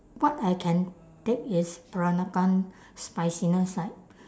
what I can take is peranakan spiciness like